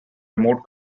remote